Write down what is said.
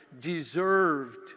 deserved